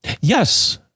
Yes